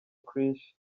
krish